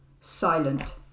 silent